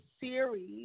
series